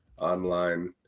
online